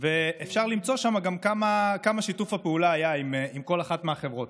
ואפשר למצוא שם גם כמה שיתוף פעולה היה עם כל אחת מהחברות.